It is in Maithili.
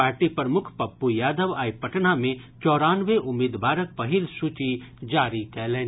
पार्टी प्रमुख पप्पू यादव आइ पटना मे चौरानवे उम्मीदवारक पहिल सूची जारी कएलनि